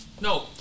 no